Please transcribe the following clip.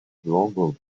london